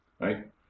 right